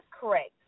correct